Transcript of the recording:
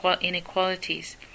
inequalities